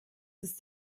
ist